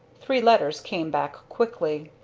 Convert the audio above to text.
three letters came back quickly.